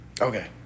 Okay